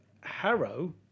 Harrow